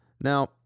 Now